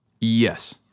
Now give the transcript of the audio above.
Yes